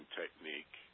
technique